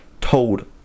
told